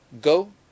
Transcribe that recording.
Go